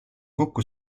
kokku